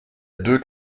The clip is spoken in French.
deux